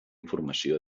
informació